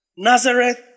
Nazareth